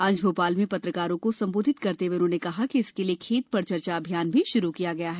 आज भोपाल में पत्रकारों को संबोधित करते हए उन्होंने कहा कि इसके लिए खेत पर चर्चा अभियान भी शुरू किया है